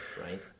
Right